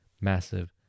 massive